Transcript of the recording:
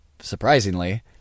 surprisingly